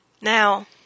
Now